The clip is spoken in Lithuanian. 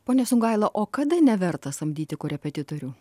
pone sungaila o kada neverta samdyti korepetitorių